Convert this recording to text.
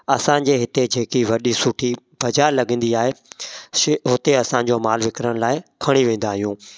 असांजे हिते जेकी वॾी सुठी बज़ारु लॻंदी आहे शइ हुते असांजो मालु विकिणण लाइ खणी वेंदा आहियूं